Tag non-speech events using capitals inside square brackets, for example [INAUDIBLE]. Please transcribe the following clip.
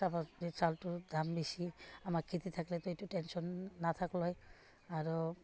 [UNINTELLIGIBLE] চাউলটোৰ দাম বেছি আমাক খেতি থাকিলেতো এইটো টেনচন নাথাকিল হয় আৰু